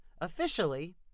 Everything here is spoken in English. officially